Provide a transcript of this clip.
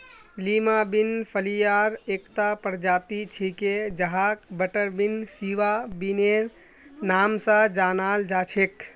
Lima bean फलियार एकता प्रजाति छिके जहाक बटरबीन, सिवा बिनेर नाम स जानाल जा छेक